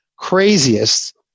craziest